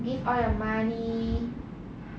give all your money